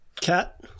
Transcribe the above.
Cat